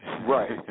Right